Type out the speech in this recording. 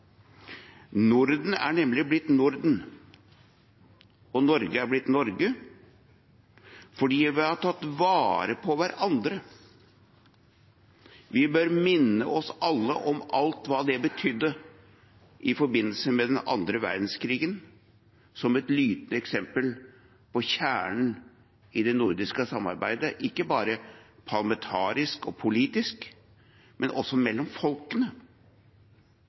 Norden er nemlig blitt Norden, og Norge er blitt Norge, fordi vi har tatt vare på hverandre. Vi bør alle minne oss om hva det betydde i forbindelse med den andre verdenskrigen, som er et lysende eksempel på kjernen i det nordiske samarbeidet, ikke bare parlamentarisk og politisk, men også mellom folkene.